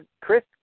Chris